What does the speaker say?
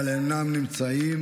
אבל הם אינם נמצאים.